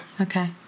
Okay